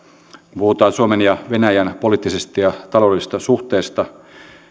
kun puhutaan suomen ja venäjän poliittisista ja taloudellisista suhteista